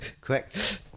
Correct